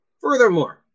Furthermore